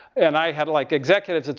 and i had, like, executive,